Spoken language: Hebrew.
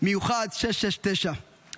מיוחד 669,